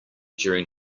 during